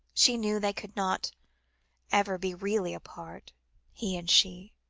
she knew they could not ever be really apart he and she.